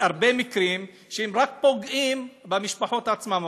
הרבה מקרים שרק פוגעים במשפחות עצמן.